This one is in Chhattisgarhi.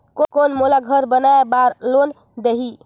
कौन मोला घर बनाय बार लोन देही?